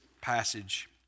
passage